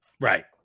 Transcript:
Right